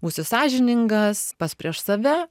būsi sąžiningas pats prieš save